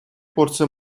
порции